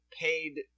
paid